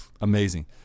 amazing